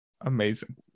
amazing